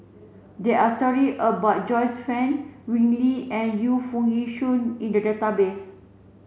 there are story about Joyce Fan Wee Lin and Yu Foo Yee Shoon in the database